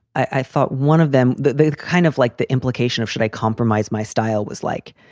i thought one of them that they kind of like the implication of should i compromise my style was like,